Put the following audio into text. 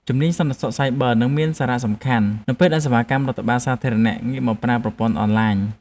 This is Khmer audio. ជំនាញសន្តិសុខសាយប័រនឹងកាន់តែមានសារៈសំខាន់នៅពេលដែលសេវាកម្មរដ្ឋបាលសាធារណៈងាកមកប្រើប្រព័ន្ធអនឡាញ។